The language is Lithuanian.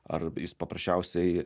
ar jis paprasčiausiai